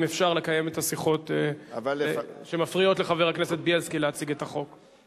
אם אפשר לא לקיים את השיחות שמפריעות לחבר הכנסת בילסקי להציג את החוק.